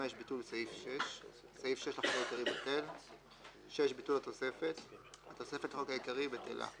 ביטול התוספת 6. התוספת לחוק העיקרי בטלה.